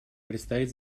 предстоит